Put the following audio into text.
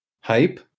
hype